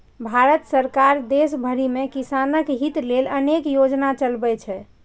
भारत सरकार देश भरि मे किसानक हित लेल अनेक योजना चलबै छै